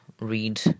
read